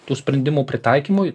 tų sprendimų pritaikymui